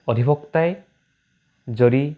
অধিবক্তাই যদি